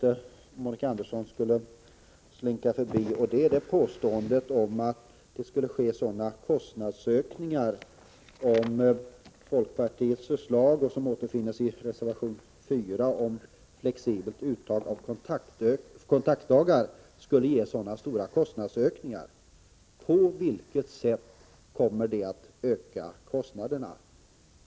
En fråga som jag tycker att Monica Andersson inte borde glida förbi är folkpartiets förslag i reservation 4 om flexibelt uttag av kontaktdagar. Hon påstår att förslaget skulle innebära stora kostnadsökningar. På vilket sätt skulle förslaget öka kostnaderna?